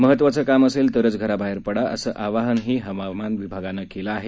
महत्वाचं काम असेल तरच घराबाहेर पडा असं आवाहनही हवामान विभागानं केलं आहे